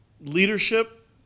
leadership